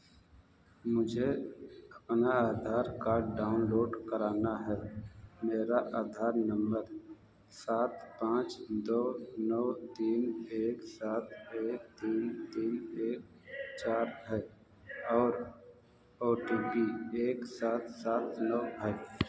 मुझे अपना Aadhaar card download कराना है मेरा आधार नम्बर सात पाँच दो नौ तीन एक सात एक तीन तीन एक चार है और ओ टी पी एक सात सात नौ है